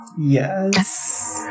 Yes